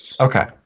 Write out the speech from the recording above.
Okay